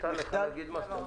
מותר לך להגיד מה שאתה רוצה.